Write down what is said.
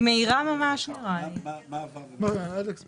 מה ההבדל?